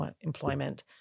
employment